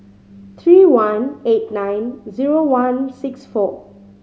three one eight nine zero one six four